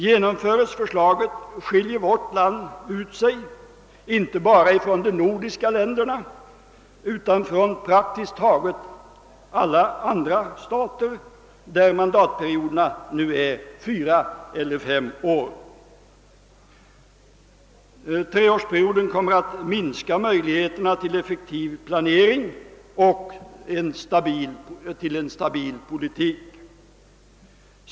Genomföres förslaget, avlägsnar vi vårt valsystem inte bara från vad som gäller i de övriga nordiska länderna utan även i praktiskt taget alla andra stater, där mandatperioderna nu är fyra eller fem år. Treårsperioden kommer att minska möjligheterna till effektiv planering och en stabil politik.